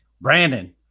Brandon